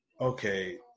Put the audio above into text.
okay